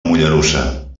mollerussa